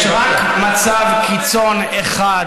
אדוני ראש הממשלה, יש רק מצב קיצון אחד,